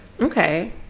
Okay